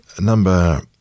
Number